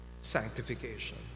sanctification